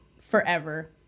forever